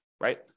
Right